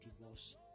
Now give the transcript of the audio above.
divorce